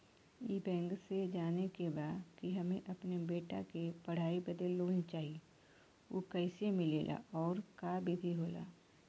ई बैंक से जाने के बा की हमे अपने बेटा के पढ़ाई बदे लोन चाही ऊ कैसे मिलेला और का विधि होला?